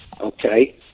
okay